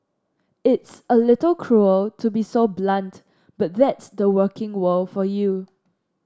it's a little cruel to be so blunt but that's the working world for you